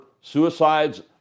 suicides